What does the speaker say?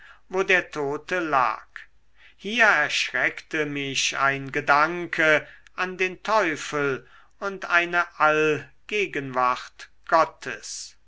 wo der tote lag hier erschreckte mich ein gedanke an den teufel und eine allgegenwart gottes